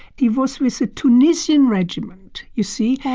he was with the tunisian regiment, you see.